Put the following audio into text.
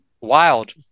wild